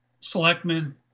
selectmen